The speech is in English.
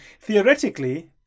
theoretically